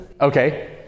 Okay